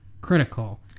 Critical